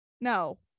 No